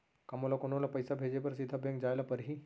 का मोला कोनो ल पइसा भेजे बर सीधा बैंक जाय ला परही?